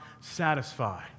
satisfy